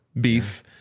beef